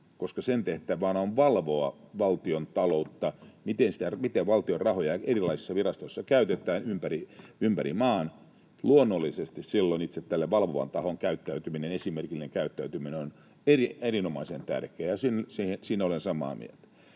koska sen tehtävänä on valvoa valtiontaloutta ja sitä, miten valtion rahoja erilaisissa virastoissa käytetään ympäri maan. Luonnollisesti silloin itse tämän valvovan tahon käyttäytyminen, esimerkillinen käyttäytyminen, on erinomaisen tärkeää, ja siitä olen samaa mieltä.